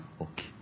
okay